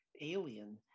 alien